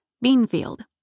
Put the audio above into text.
Beanfield